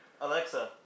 Alexa